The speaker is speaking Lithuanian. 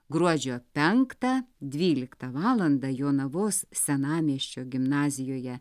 gruodžio penktą dvyliktą valandą jonavos senamiesčio gimnazijoje